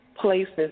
places